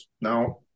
now